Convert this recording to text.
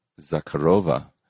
Zakharova